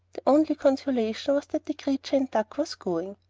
the only consolation was that the creature in duck was going.